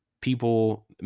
People